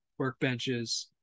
workbenches